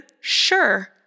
Sure